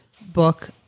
book